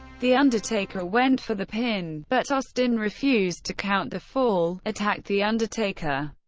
the undertaker went for the pin, but austin refused to count the fall, attacked the undertaker,